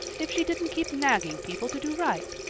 if she didn't keep nagging people to do right.